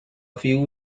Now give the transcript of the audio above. few